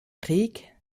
krieg